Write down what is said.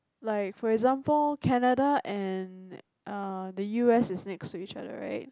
like for example Canada and uh the U_S is next to each other right